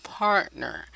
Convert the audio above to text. partner